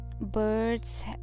birds